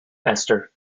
esther